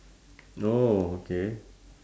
orh okay